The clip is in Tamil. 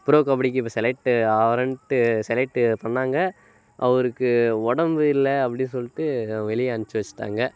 ப்ரோ கபடிக்கு இப்போ செலக்ட் ஆகிறன்ட்டு செலக்ட்டு பண்ணாங்க அவருக்கு உடம்பு இல்லை அப்படி சொல்லிட்டு வெளியே அனுப்ச்சு வெச்சுட்டாங்க